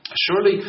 Surely